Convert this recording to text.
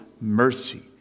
Mercy